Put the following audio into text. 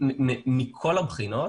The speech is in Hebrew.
מכל הבחינות,